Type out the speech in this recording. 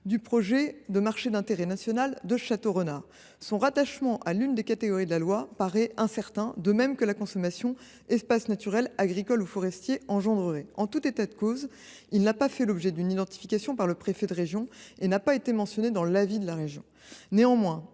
du projet de MIN de Châteaurenard à l’une des catégories de la loi paraît incertain, de même que la consommation d’espaces naturels, agricoles et forestiers qu’il engendrerait. En tout état de cause, ce projet n’a pas fait l’objet d’une identification par le préfet de région et n’a pas été mentionné dans l’avis de la région. Néanmoins,